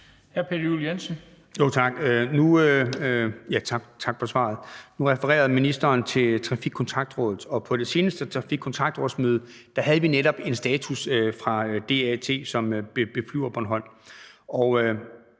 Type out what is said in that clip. Tak for svaret. Nu refererede ministeren til trafikkontaktrådet, og på det seneste trafikkontaktrådsmøde havde vi netop en status fra DAT, som beflyver Bornholm.